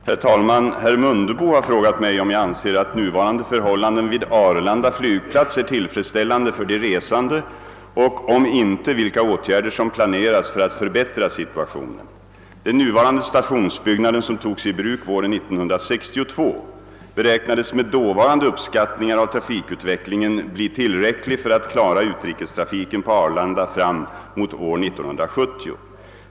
Herr talman! Herr Mundebo har frågat mig om jag anser att nuvarande förhållanden vid Arlanda flygplats är tillfredsställande för de resande och — om inte — vilka åtgärder som planeras för att förbättra situationen. Den nuvarande stationsbyggnaden, som togs i bruk våren 1962, beräknades med dåvarande uppskattningar av trafikutvecklingen bli tillräcklig för att klara utrikestrafiken på Arlanda fram mot år 1970.